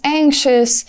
anxious